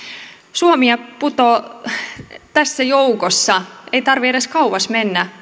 suomi putoaa tässä joukossa ei tarvitse edes kauas mennä